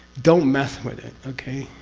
don't mess with it! okay?